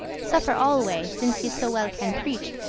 suffer alway, since ye so well can preach,